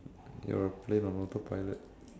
you're a plane on autopilot